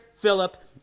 Philip